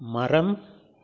மரம்